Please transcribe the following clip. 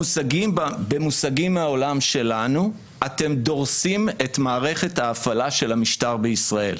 במושגים מהעולם שלנו אתם דורסים את מערכת ההפעלה של המשטר בישראל.